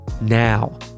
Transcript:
now